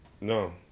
No